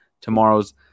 tomorrow's